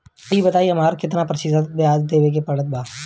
ई बताई की हमरा केतना प्रतिशत के ब्याज देवे के पड़त बा?